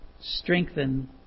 strengthen